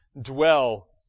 dwell